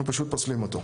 אנחנו פשוט פוסלים אותו.